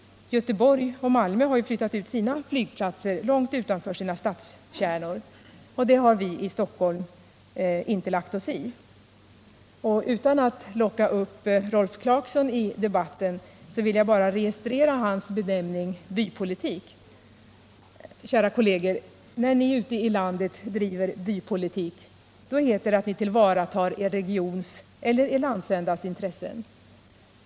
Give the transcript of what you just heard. Göteborg och Malmö har ju flyttat ut sina flygplatser långt utanför sina stadskärnor. Det har vi i Stockholm inte lagt oss i. Utan att vilja locka upp Rolf Clarkson i debatten vill jag bara registrera hans benämning ”bypolitik”. Kära kolleger! När ni ute i landet driver bypolitik, då heter det att ni tillvaratar er regions eller er landsändas intresse.